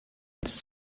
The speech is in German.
als